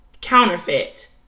Counterfeit